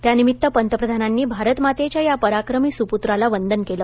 त्या निमित्त पंतप्रधानांनी भारतमातेच्या या पराक्रमी सुपूत्राला वंदन केलं